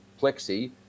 plexi